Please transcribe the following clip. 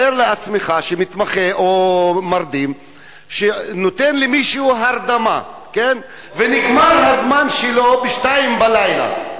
תאר לעצמך שמתמחה או מרדים שנותן למישהו הרדמה ונגמר הזמן שלו ב-02:00.